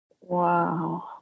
wow